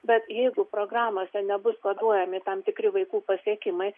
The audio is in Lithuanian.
bet jeigu programose nebus koduojami tam tikri vaikų pasiekimai